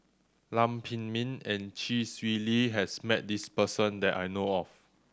Lam Pin Min and Chee Swee Lee has met this person that I know of